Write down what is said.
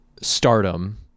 stardom